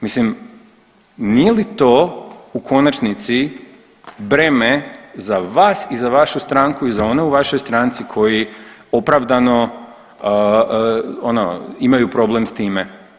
Mislim, nije li to u konačnici breme za vas i za vašu stranku i za one u vašoj stranci koji opravdano ono, imaju problem s time?